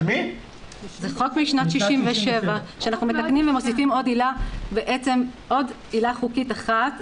זה חוק משנת 67' שאנחנו מתקנים ומוסיפים בעצם עוד עילה חוקית אחת,